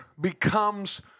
becomes